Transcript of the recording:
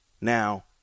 Now